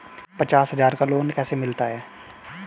पचास हज़ार का लोन कैसे मिलता है?